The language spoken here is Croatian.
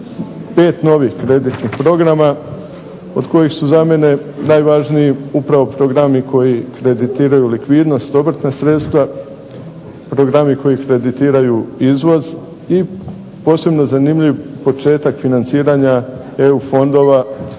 pet novih kreditnih programa od kojih su za mene najvažniji upravo programi koji kreditiraju likvidnost, obrtna sredstva, programi koji kreditiraju izvoz i posebno zanimljiv početak financiranja EU fondova